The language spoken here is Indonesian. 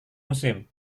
musim